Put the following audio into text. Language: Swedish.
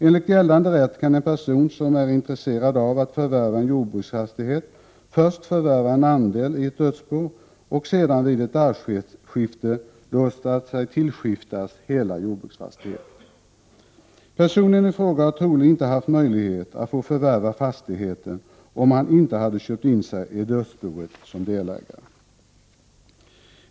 Enligt gällande rätt kan en person som är intresserad av att förvärva en jordbruksfastighet först förvärva en andel i ett dödsbo och sedan vid ett arvsskifte låta sig tillskiftas hela jordbruksfastigheten. Personen i fråga hade troligen inte haft möjlighet att förvärva fastigheten om han inte hade köpt in sig i dödsboet som delägare.